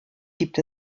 gibt